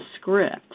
script